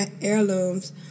heirlooms